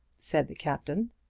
said the captain.